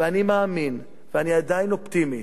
ואני מאמין, ואני עדיין אופטימי,